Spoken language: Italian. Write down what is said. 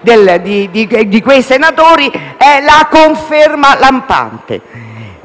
da quei senatori ne è la conferma lampante.